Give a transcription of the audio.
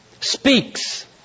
speaks